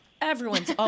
everyone's